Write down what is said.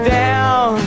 down